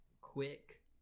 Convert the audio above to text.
quick